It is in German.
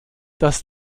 das